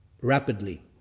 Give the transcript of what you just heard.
rapidly